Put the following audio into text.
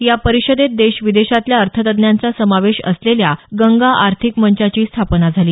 या परिषदेत देश विदेशातल्या अर्थतज्ञांचा समावेश असलेल्या गंगा आर्थिक मंचाची स्थापना झाली